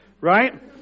right